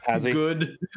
Good